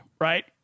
right